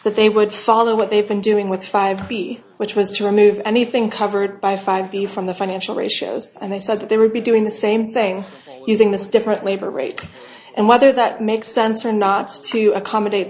that they would follow what they've been doing with five b which was to remove anything covered by five b from the financial ratios i said that they would be doing the same thing using this different labor rate and whether that makes sense or not to accommodate